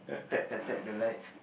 tap tap tap the light